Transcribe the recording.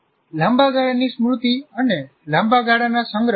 લાંબા ગાળાની સ્મૃતિ અને લાંબા ગાળાના સંગ્રહ અલગ છે